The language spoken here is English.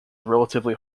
relatively